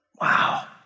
Wow